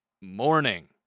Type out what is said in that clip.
morning